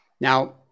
Now